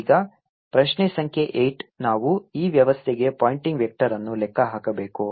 ಈಗ ಪ್ರಶ್ನೆ ಸಂಖ್ಯೆ 8 ನಾವು ಈ ವ್ಯವಸ್ಥೆಗೆ ಪಾಯಿಂಟಿಂಗ್ ವೆಕ್ಟರ್ ಅನ್ನು ಲೆಕ್ಕ ಹಾಕಬೇಕು